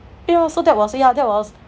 yeah so that was yeah that was